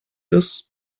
ist